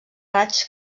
raigs